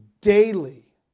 daily